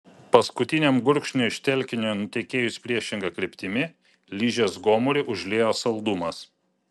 paskutiniam gurkšniui iš telkinio nutekėjus priešinga kryptimi ližės gomurį užliejo saldumas